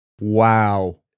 Wow